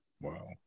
Wow